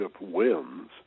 wins